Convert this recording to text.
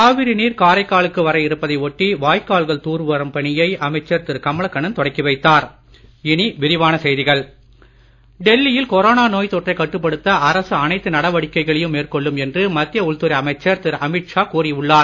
காவிரி நீர் காரைக்காலுக்கு வர இருப்பதை ஒட்டி வாய்க்கால்கள் தூர்வாரும் பணியை அமைச்சர் திரு கமலக்கண்ணன் தொடக்கி வைத்தார் டெல்லி டெல்லியில் கொரோனா நோய் தொற்றை கட்டுப்படுத்த அரசு அனை நடவடிக்கைகளையும் மேற்கொள்ளும் என்று மத்திய உள்துறை அமைச்சர் திரு அமீத் ஷா கூறி உள்ளார்